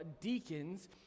deacons